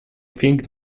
thing